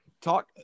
talk